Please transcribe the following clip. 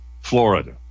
Florida